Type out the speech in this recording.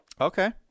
Okay